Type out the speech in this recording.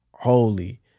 holy